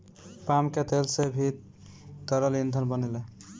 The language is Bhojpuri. पाम के तेल से भी तरल ईंधन बनेला